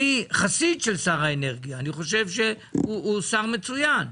אני חסיד של שר האנרגיה ואני חושב שהוא שר מצוין,